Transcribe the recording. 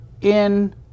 in-